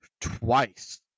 twice